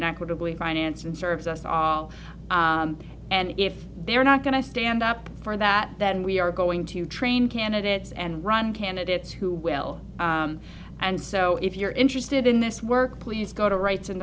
and equitably financed and serves us all and if they're not going to stand up for that then we are going to train candidates and run candidates who will and so if you're interested in this work please go to ri